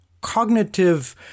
cognitive